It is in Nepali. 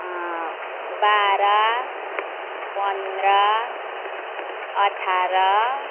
बाह्र पन्ध्र अठार